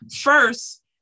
first